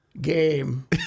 game